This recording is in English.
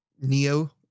Neo